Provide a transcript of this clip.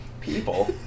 people